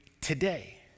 today